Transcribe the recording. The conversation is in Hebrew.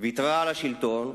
וויתרה על השלטון,